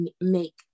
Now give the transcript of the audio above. make